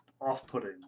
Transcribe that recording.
off-putting